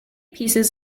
pieces